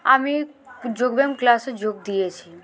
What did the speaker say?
আমি যোগ ব্যায়াম ক্লাসে যোগ দিয়েছি